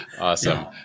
awesome